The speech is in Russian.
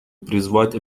призвать